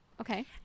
Okay